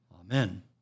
Amen